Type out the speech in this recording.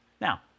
Now